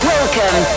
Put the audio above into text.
Welcome